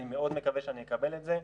אני מאוד מקווה שאני אקבל את זה.